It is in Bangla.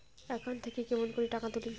একাউন্ট থাকি কেমন করি টাকা তুলিম?